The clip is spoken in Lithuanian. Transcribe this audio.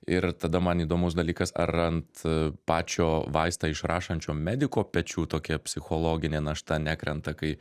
ir tada man įdomus dalykas ar ant a pačio vaistą išrašančio mediko pečių tokia psichologinė našta nekrenta kai